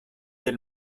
del